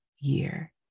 year